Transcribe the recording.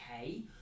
okay